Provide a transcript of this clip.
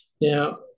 Now